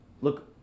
Look